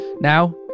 Now